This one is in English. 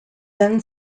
then